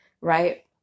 Right